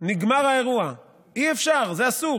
נגמר האירוע, אי-אפשר, זה אסור,